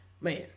man